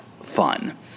fun